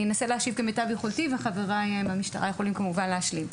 אני אנסה להשיב כמיטב יכולתי וחבריי מהמשטרה יכולים כמובן להשלים.